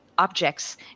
objects